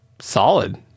solid